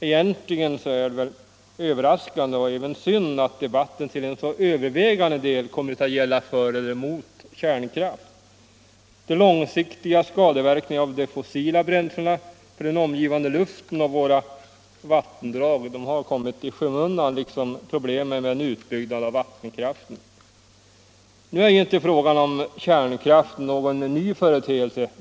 Egentligen är det överraskande och även synd att debatten till en så övervägande del kommit att gälla för eller emot kärnkraft. De långsiktiga skadeverkningarna av de fossila bränslena på den omgivande luften och våra vattendrag har kommit i skymundan liksom problemen med en utbyggnad av vattenkraften. Nu är ju inte kärnkraft någon ny företeelse.